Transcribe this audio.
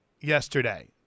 yesterday